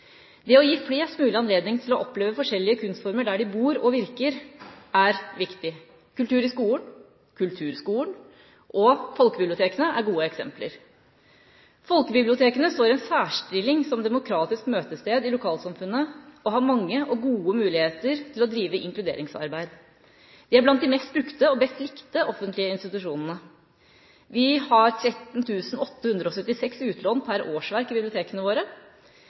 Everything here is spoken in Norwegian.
Det å gi flest mulig anledning til å oppleve forskjellige kunstformer der de bor og virker, er viktig. Kultur i skolen, kulturskolen og folkebibliotekene er gode eksempler. Folkebibliotekene står i en særstilling som demokratisk møtested i lokalsamfunnet og har mange og gode muligheter til å drive inkluderingsarbeid. De er blant de mest brukte og best likte offentlige institusjonene. Vi har 13 876 utlån per årsverk i bibliotekene våre,